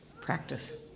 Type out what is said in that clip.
practice